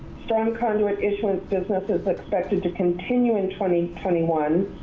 strong conduit issuance business is expected to continue in twenty, twenty one,